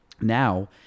now